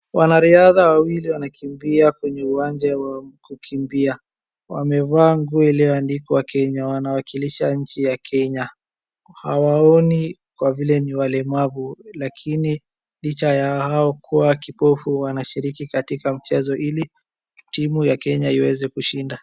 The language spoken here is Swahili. Wanariadha wawili wanakimbia kwenye uwanja wa kukimbia. Wamevaa nguo iliyoandikwa Kenya. Wanawakilisha nchi ya Kenya. Hawaoni kwa vile ni walemavu lakini licha ya hao kuwa kipofu wanashiriki katika mchezo ili timu ya Kenya iweze kushinda.